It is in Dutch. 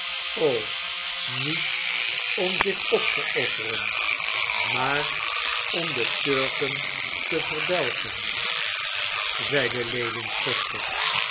o niet om zich op te offeren maar om de turken te verdelgen zeide lewin schuchter